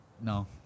No